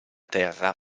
terra